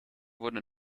wurden